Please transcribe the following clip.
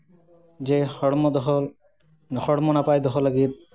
ᱡᱮ ᱦᱚᱲᱢᱚ ᱫᱚᱦᱚ ᱦᱚᱲᱢᱚ ᱱᱟᱯᱟᱭ ᱫᱚᱦᱚ ᱞᱟᱹᱜᱤᱫ